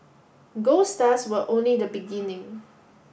gold stars were only the beginning